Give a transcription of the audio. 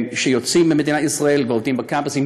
שיוצאים ממדינת ישראל ועובדים בקמפוסים,